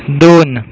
दोन